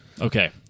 Okay